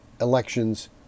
elections